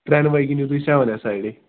ترٛنوے گِنٛدِو تُہۍ سیوَن اَسایڈٕے